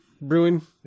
Brewing